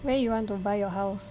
where you want to buy your house